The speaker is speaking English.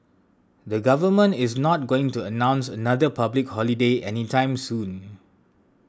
the government is not going to announce another public holiday anytime soon